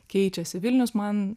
keičiasi vilnius man